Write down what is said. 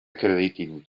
acreditin